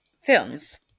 films